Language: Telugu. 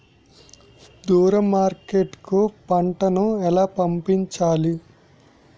దూరం మార్కెట్ కు పంట ను ఎలా పంపించాలి?